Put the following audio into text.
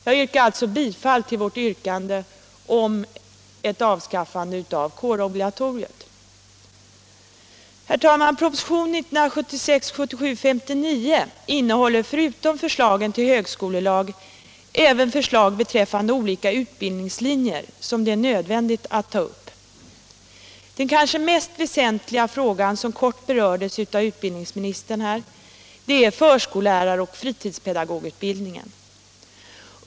Jag yrkar alltså bifall till vårt yrkande om avskaffande av kårobligatoriet. Herr talman! Propositionen 1976/77:59 innehåller förutom förslagen till högskolelag även förslag beträffande olika utbildningslinjer som det är nödvändigt att ta upp. Den kanske mest väsentliga frågan, som kort berördes av utbildningsministern, är förskollärar och fritidspedagogutbildningen.